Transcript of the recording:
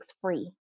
free